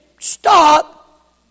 stop